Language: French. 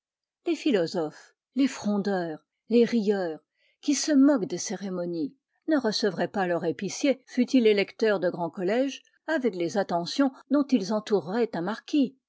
les philosophes les frondeurs les rieurs qui se moquent des cérémonies ne recevraient pas leur épicier fût-il électeur de grand collège avec les attentions dont ils entoureraient un marquis